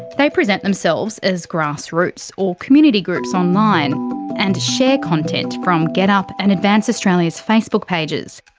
they present themselves as grassroots or community groups online and share content from getup and advance australia's facebook pages.